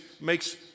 makes